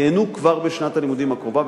ייהנו כבר בשנת הלימודים הקרובה,